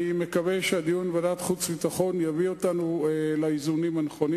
אני מקווה שהדיון בוועדת החוץ והביטחון יביא אותנו לאיזונים הנכונים.